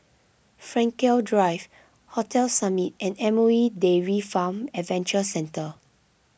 Frankel Drive Hotel Summit and M O E Dairy Farm Adventure Centre